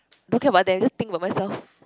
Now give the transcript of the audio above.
don't care about them just think of myself